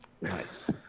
Nice